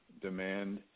demand